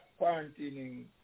quarantining